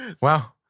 Wow